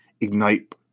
ignite